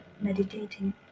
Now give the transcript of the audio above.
meditating